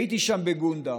הייתי שם, בגונדר,